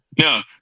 No